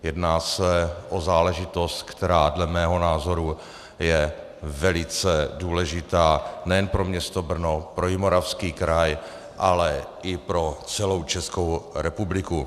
Jedná se o záležitost, která dle mého názoru je velice důležitá nejen pro město Brno, pro Jihomoravský kraj, ale i pro celou Českou republiku.